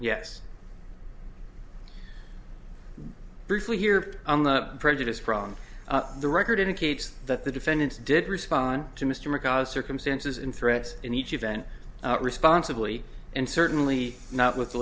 yes briefly here on the prejudice from the record indicates that the defendants did respond to mr magara circumstances in threats in each event responsibly and certainly not with